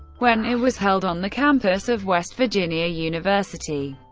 when it was held on the campus of west virginia university.